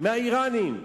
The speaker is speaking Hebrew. מהאירנים,